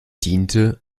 diente